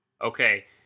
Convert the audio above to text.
Okay